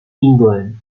england